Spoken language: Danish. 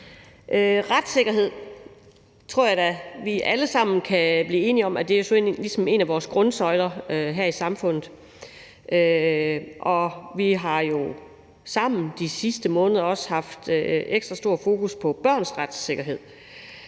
Retssikkerhed tror jeg da vi alle sammen kan blive enige om er en af vores grundsøjler her i samfundet, og vi har sammen de sidste måneder også haft ekstra stort fokus på børns retssikkerhed.